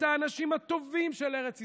את האנשים הטובים של ארץ ישראל,